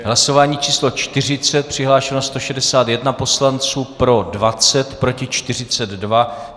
Hlasování číslo 40, přihlášeno 161 poslanců, pro 20, proti 42.